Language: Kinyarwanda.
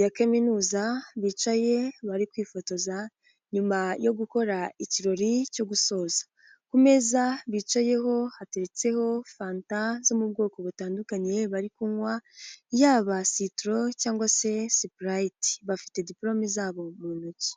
ya Kaminuza, bicaye bari kwifotoza nyuma yo gukora ikirori cyo gusoza, ku meza bicayeho hateretseho fanta zo mu bwoko butandukanye bari kunywa, yaba Sitoro cyangwa se Sipurayiti, bafite dipolome zabo mu ntoki.